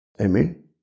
Amen